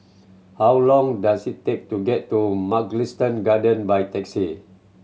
how long does it take to get to Mugliston Garden by taxi